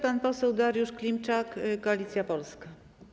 Pan poseł Dariusz Klimczak, Koalicja Polska.